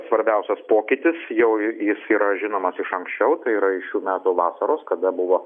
svarbiausias pokytis jau jis yra žinomas iš anksčiau tai yra iš šių metų vasaros kada buvo